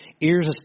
ears